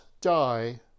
die